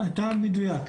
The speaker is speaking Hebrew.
אתה מדויק.